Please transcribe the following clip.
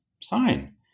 sign